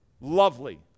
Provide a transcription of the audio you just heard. lovely